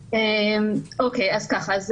אוקי אז ככה,